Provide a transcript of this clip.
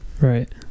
right